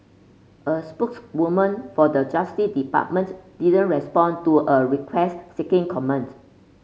a spokeswoman for the Justice Departments didn't respond to a request seeking comments